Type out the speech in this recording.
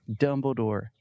Dumbledore